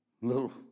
little